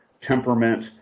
temperament